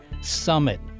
Summit